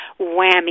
whammy